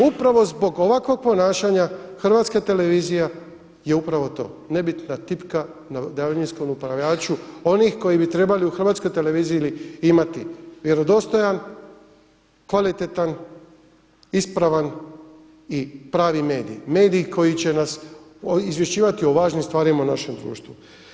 Upravo zbog ovakvog ponašanja Hrvatska televizija je upravo to, nebitna tipka na daljinskom upravljaču onih koji bi trebali u Hrvatskoj televiziji imati vjerodostojan, kvalitetan, ispravan i pravi medij, medij koji će nas izvješćivati o važnim stvarima u našem društvu.